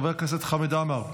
חבר הכנסת חמד עמאר,